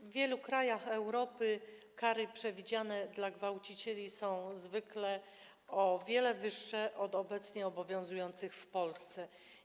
W wielu krajach Europy kary przewidziane dla gwałcicieli są zwykle o wiele wyższe od kar obecnie obowiązujących w Polsce.